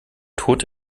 tot